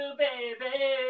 baby